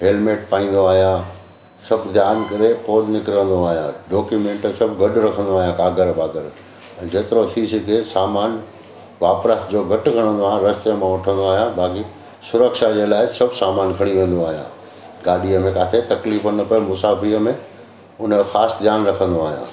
helmet पाईंदो आहियां सभु ध्यानु करे पोइ ई निकिरंदो आहियां डॉक्यूमेंट सभु गॾु रखंदो आहियां काॻर बागर ऐं जेतिरो थी सघे सामान वापिरण जो घटि खणंदो आहियां रस्ते मां वठंदो आहियां बाक़ी सुरक्षा जे लाइ सभु सामान खणी वेंदो आहियां गाॾीअ में किथे तकलीफ़ न पए मुसाफ़िरीअ में उन जो ख़ासि ध्यानु रखंदो आहियां